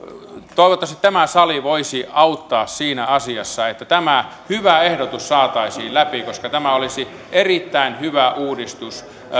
toivottavasti tämä sali voisi auttaa siinä asiassa että tämä hyvä ehdotus saataisiin läpi koska tämä olisi erittäin hyvä uudistus